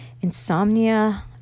insomnia